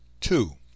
Two